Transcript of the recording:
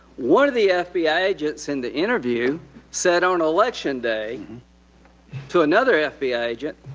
one of the yeah fbi agents in the interview said on election day to another yeah fbi agent,